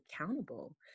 accountable